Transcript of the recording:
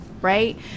right